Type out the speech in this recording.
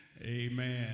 Amen